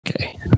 okay